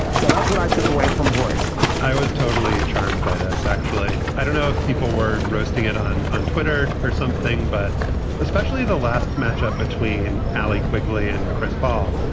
so that's what i took away from horse i was totally charmed by this, actually. i don't know if people were roasting it on on twitter or something, but especially the last matchup between allie quigley and chris paul.